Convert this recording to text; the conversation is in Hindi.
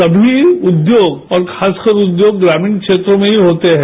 समी उद्योग और खासकर उद्योग ग्रामीण क्षेत्रों में ही होते हैं